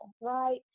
right